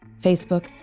Facebook